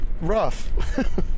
rough